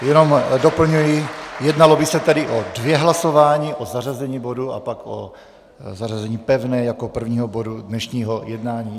Jenom doplňuji, jednalo by se tedy o dvě hlasování o zařazení bodu, a pak o zařazení pevné jako prvního bodu dnešního jednání.